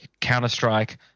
Counter-Strike